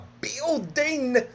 building